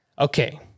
Okay